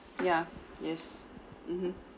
yeah yes mmhmm